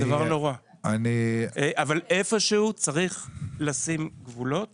זה דבר נורא אבל איפה שהוא צריך לשים גבולות